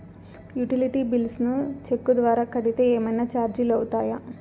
Utility bills ను cheque ద్వారా కట్టితే ఏమన్నా చార్జీలు అవుతాయా?